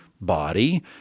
body